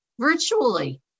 Virtually